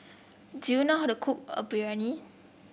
do you know how to cook a Biryani